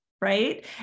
right